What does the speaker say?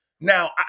Now